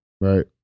right